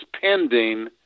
pending